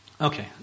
okay